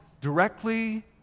directly